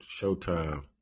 Showtime